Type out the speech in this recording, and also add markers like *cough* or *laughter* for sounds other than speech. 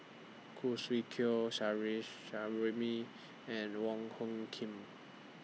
Khoo Swee Chiow *unintelligible* and Wong Hung Khim